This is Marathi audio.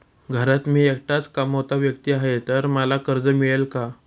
घरात मी एकटाच कमावता व्यक्ती आहे तर मला कर्ज मिळेल का?